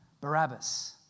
Barabbas